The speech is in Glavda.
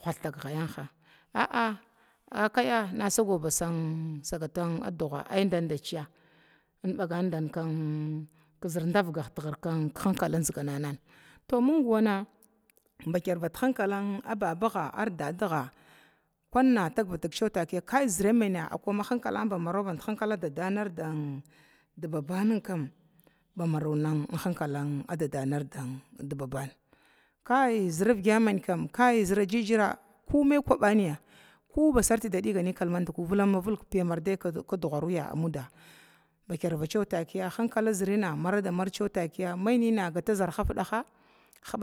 Kwathda gayanha aiya kaya nasagat bada gata dugha ai dandanciya, ənbagandan tivuka a hinkala ma kalkalan nan, to mingwana bakir ba hinkala babanar di daadan ai zəra mina mamaro hinkalan badga daadan na ardi babana kai zər əvga mina zəra jijra ko mai kubanya koba sarti dabilga bilga min kalmana vilam vilga piyami kidghuruya bagva ciwa takiya marada marga takiya mainina gata zərha fidaha